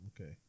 okay